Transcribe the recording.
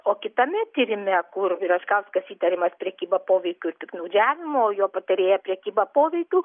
o kitame tyrime kur račkauskas įtariamas prekyba poveikiu piktnaudžiavimu o jo patarėja prekyba poveikiu